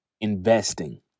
investing